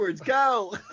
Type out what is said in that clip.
Go